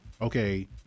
okay